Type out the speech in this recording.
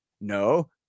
No